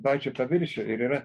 patį paviršių ir yra